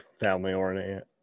family-oriented